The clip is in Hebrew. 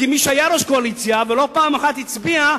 כמי שהיה ראש קואליציה ולא פעם אחת הצביע,